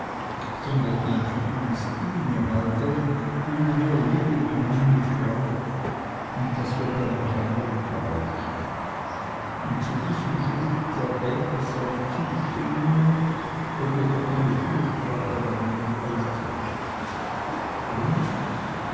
sondern einfach eine stine haldern eine mir liebe kleine frau und daß wir dann nach amerika wollten und zu diesem schritt erbät ich seine zustimmung oder doch eine fürsprache bei meinen eltern und